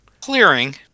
clearing